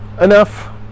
enough